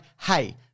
hey